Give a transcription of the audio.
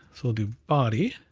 so we'll do body